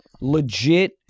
legit